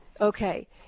Okay